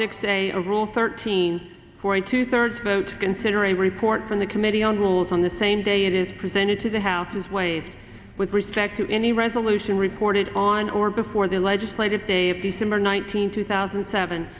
six a of rule thirteen for a two thirds vote consider a report from the committee on rules on the same day it is presented to the house is waived with respect to any resolution reported on or before the legislative day of december nineteenth two thousand seven